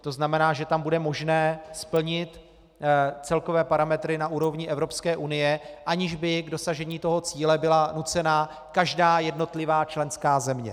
To znamená, že tam bude možné splnit celkové parametry na úrovni Evropské unie, aniž by k dosažení toho cíle byla nucena každá jednotlivá členská země.